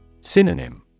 Synonym